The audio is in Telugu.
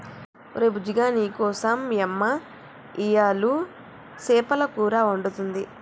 ఒరే బుజ్జిగా నీకోసం యమ్మ ఇయ్యలు సేపల కూర వండుతుంది